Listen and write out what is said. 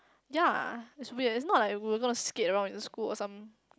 ya is weird it's not like we were gonna skate around in school or some